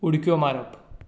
उडक्यो मारप